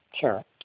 Sure